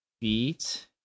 feet